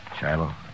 Shiloh